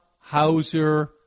Hauser